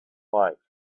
life